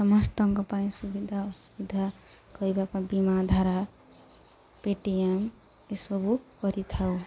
ସମସ୍ତଙ୍କ ପାଇଁ ସୁବିଧା ଅସୁବିଧା କରିବା ପାଇଁ ବୀମାଧାରା ପେଟିଏମ ଏସବୁ କରିଥାଉ